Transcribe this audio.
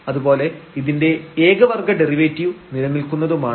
അതുപോലെ ഇതിന്റെ ഏക വർഗ്ഗ ഡെറിവേറ്റീവ് നിലനിൽക്കുന്നതുമാണ്